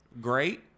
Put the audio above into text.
great